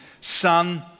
son